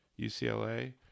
ucla